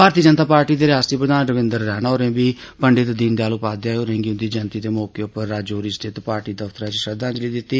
भारतीय जनता पार्टी दे रियासती प्रधान रविन्द्र रैणा होरें बी पंडित दीनदयाल उपाध्याय होरें गी उन्दी जयंति दे मौके उप्पर राजौरी स्थित पार्टी दफ्तरै च श्रद्धांजलि दिती